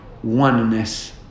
Oneness